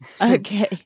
okay